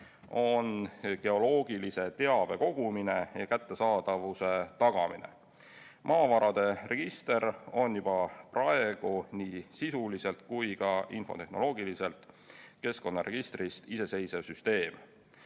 on geoloogilise teabe kogumine ja kättesaadavuse tagamine. Maavarade register on juba praegu nii sisuliselt kui ka infotehnoloogiliselt keskkonnaregistrist [eraldatud] iseseisev süsteem.